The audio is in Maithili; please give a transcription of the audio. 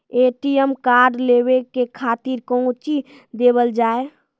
ए.टी.एम कार्ड लेवे के खातिर कौंची देवल जाए?